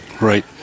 Right